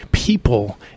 people